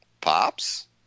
Pops